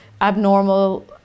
abnormal